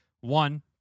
One